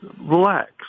relax